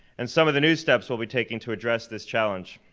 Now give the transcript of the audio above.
and some of the new steps we'll be taking to address this challenge.